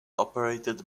operated